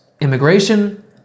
immigration